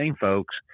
folks